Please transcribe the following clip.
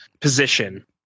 position